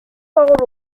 world